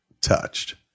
touched